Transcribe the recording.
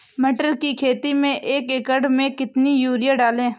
मटर की खेती में एक एकड़ में कितनी यूरिया डालें?